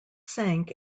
sank